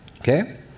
Okay